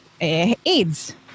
AIDS